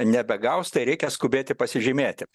nebegaus tai reikia skubėti pasižymėti